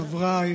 חבריי